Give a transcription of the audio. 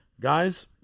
Guys